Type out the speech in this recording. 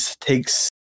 takes